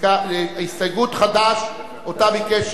להסתייגות חד"ש, שעליה ביקשו